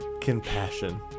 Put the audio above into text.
Compassion